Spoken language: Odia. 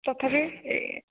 ତଥାପି ଏ